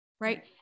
Right